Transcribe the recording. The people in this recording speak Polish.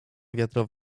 wiadro